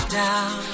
down